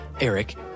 Eric